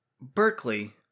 Berkeley